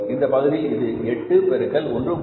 இந்த பகுதியில் இது 8 பெருக்கல் 1